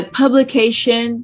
publication